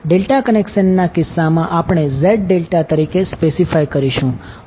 delta connection ના કિસ્સામાં આપણે Z∆ તરીકે સ્પેસિફાય કરીશું